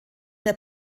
der